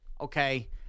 Okay